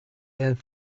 and